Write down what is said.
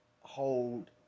hold